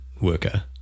worker